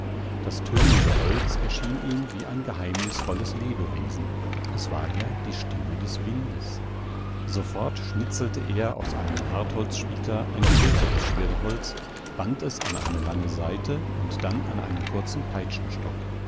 das tönende holz erschien ihm wie ein geheimnisvolles lebewesen es war ja die stimme des windes sofort schnitzelte er aus einem hartholzsplitter ein größeres schwirrholz band es an eine lange saite und dann an einen kurzen